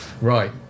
right